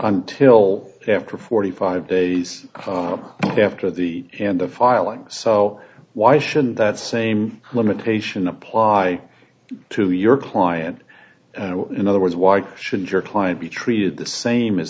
ntil after forty five days after the end of filing so why shouldn't that same limitation apply to your client in other words why should your client be treated the same as